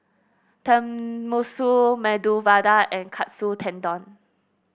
Tenmusu Medu Vada and Katsu Tendon